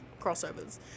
crossovers